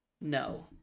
No